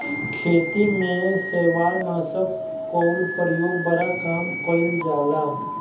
खेती में शैवालनाशक कअ उपयोग बड़ा कम कइल जाला